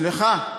סליחה,